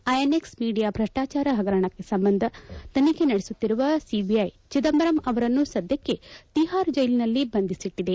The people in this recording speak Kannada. ಐಎನ್ಎಕ್ಸ್ ಮೀಡಿಯಾ ಭ್ರಷ್ಟಾಚಾರ ಹಗರಣ ಸಂಬಂಧ ತನಿಖೆ ನಡೆಸುತ್ತಿರುವ ಸಿಬಿಐ ಚಿದಂಬರಂ ಅವರನ್ನು ಸದ್ದಕ್ಕೆ ತಿಹಾರ್ ಜೈಲಿನಲ್ಲಿ ಬಂಧಿಸಿಟ್ಟಿದೆ